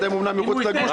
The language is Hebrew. אתם אמנם מחוץ לגוש.